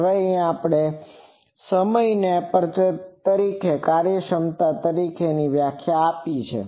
હવે આપણે તે સમયને એપ્રેચર કાર્યક્ષમતા તરીકેની એક વ્યાખ્યા આપી છે